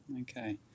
Okay